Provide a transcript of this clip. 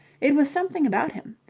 it was something about him.